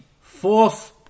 fourth